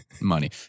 money